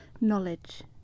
knowledge